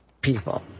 people